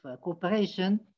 cooperation